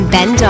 Ben